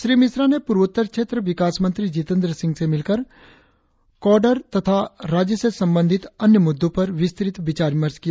श्री मिश्रा ने पूर्वोत्तर क्षेत्र विकास मंत्री जितेंद्र सिंह से मिलकर काँडर तथा राज्य से संबंधित अन्य मुद्दों पर विस्तृत विचार विमर्श किया